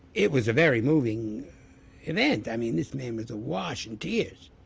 it was a very moving event, i mean this man was awash in tears.